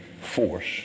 force